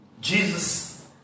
Jesus